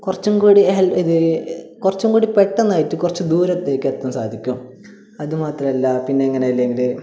കുറച്ചും കൂടി ഇത് കുറച്ചും കൂടി പെട്ടന്നായിട്ട് കുറച്ച് ദൂരത്തേക്ക് എത്താൻ സാധിക്കും അതു മാത്രമല്ല പിന്നങ്ങനെ അല്ലെങ്കില്